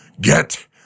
get